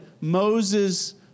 Moses